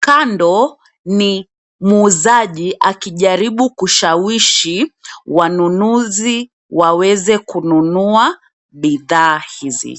Kando ni muuzaji akijaribu kushawishi wanunuzi waweze kununua bidhaa hizi.